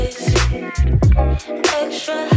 Extra